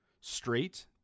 straight